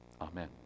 amen